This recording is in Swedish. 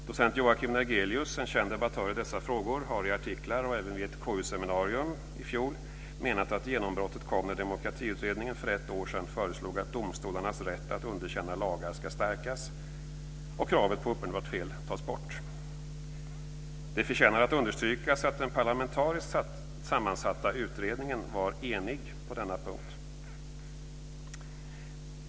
Docent Joakim Nergelius, en känd debattör i dessa frågor, har i artiklar och även vid ett KU seminarium i fjol menat att genombrottet kom när Demokratiutredningen för ett år sedan föreslog att domstolarnas rätt att underkänna lagar ska stärkas och kravet på uppenbart fel tas bort. Det förtjänar att understrykas att den parlamentariskt sammansatta utredningen var enig på denna punkt.